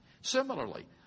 Similarly